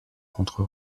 contre